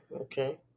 okay